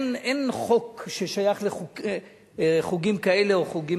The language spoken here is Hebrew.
אין חוק ששייך לחוגים כאלה או חוגים